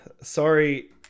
Sorry